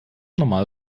normal